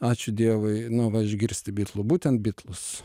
ačiū dievui nu va išgirsti bitlų būtent bitlus